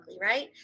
right